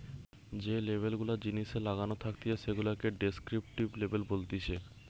যে লেবেল গুলা জিনিসে লাগানো থাকতিছে সেগুলাকে ডেস্ক্রিপটিভ লেবেল বলতিছে